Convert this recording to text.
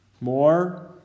More